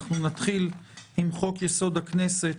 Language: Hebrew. אנחנו נתחיל עם הצעת חוק-יסוד: הכנסת,